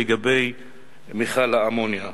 לגבי מכל האמוניה.